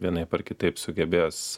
vienaip ar kitaip sugebės